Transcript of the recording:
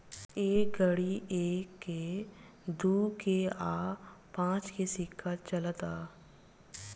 ए घड़ी एक के, दू के आ पांच के सिक्का चलता